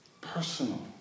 personal